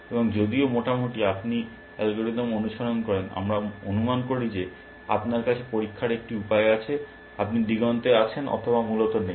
এবং যদিও মোটামুটি আপনি অ্যালগরিদম অনুসরণ করেন আমরা অনুমান করি যে যে আপনার কাছে পরীক্ষার একটি উপায় আছে আপনি দিগন্তে আছেন অথবা মূলত নেই